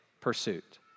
pursuit